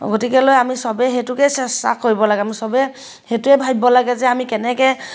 গতিকেলৈ আমি চবেই সেইটোকে চেষ্টা কৰিব লাগে আমি চবেই সেইটোৱে ভাবিব লাগে যে আমি কেনেকৈ